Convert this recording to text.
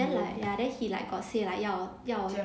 then he like ya then he like got say like 要要